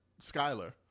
Skyler